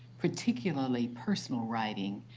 particularly personal writing,